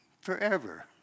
forever